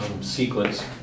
sequence